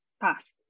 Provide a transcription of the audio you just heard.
Pass